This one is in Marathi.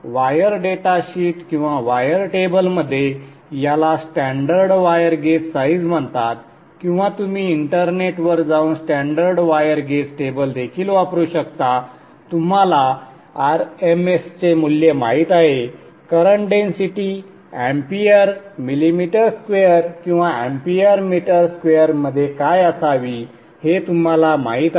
वायर डेटा शीट किंवा वायर टेबलमध्ये याला स्टँडर्ड वायर गेज साइज म्हणतात किंवा तुम्ही इंटरनेटवर जाऊन स्टँडर्ड वायर गेज टेबल देखील वापरू शकता तुम्हाला r m s चे मूल्य माहित आहे करंट डेन्सिटी अँपिअर मिमी स्क्वेअर किंवा अँपिअर मीटर स्क्वेअर मध्ये काय असावी हे तुम्हाला माहिती आहे